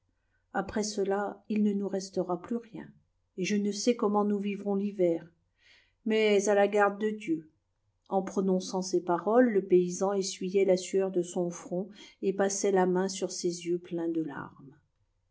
après cela il ne nous restera plus rien et je ne sais comment nous vivrons l'hiver mais à la garde de dieul en prononçant ces paroles le paysan essuyait la sueur de son front et passait la main sur ses yeux pleins de larmes